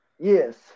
Yes